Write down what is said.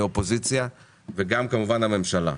מהאופוזיציה וגם כמובן הממשלה.